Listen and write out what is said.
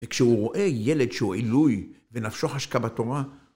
וכשהוא רואה ילד שהוא עילוי ונפשו חשקה בתורה